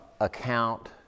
account